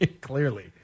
Clearly